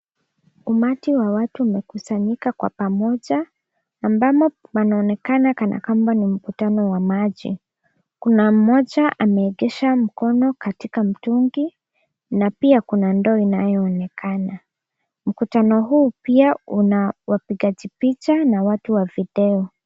Umati wa watu umekusanyika kwa pamoja ambamo mnaonekana kana kwamba ni mkutano wa maji. Kuna mmoja ameegesha mkono katika mtungi na pia kuna ndoo inayoonekana. Mkutano huu pia unawapigaji picha na watu wa videoo.